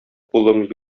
кулың